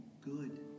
good